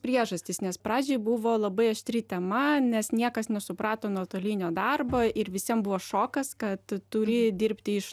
priežastys nes pradžioj buvo labai aštri tema nes niekas nesuprato nuotolinio darbo ir visiem buvo šokas kad turi dirbti iš